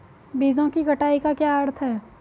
बीजों की कटाई का क्या अर्थ है?